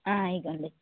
ఇదిగో అండి